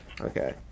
Okay